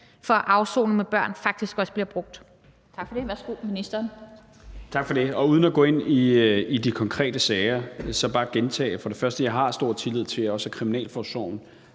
for at afsone med børn faktisk også bliver brugt.